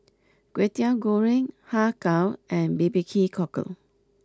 Kwetiau Goreng Har Kow and B B Q Cockle